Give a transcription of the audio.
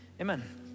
amen